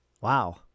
Wow